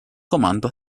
comando